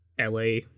LA